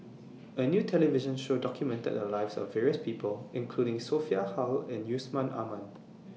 A New television Show documented The Lives of various People including Sophia Hull and Yusman Aman